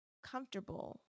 comfortable